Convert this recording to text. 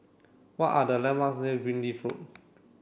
what are the landmarks near Greenleaf Road